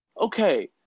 okay